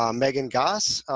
um meaghan gass.